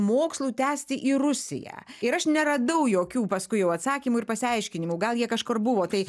mokslų tęsti į rusiją ir aš neradau jokių paskui jau atsakymų ir pasiaiškinimų gal jie kažkur buvo tai